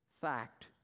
fact